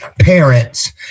parents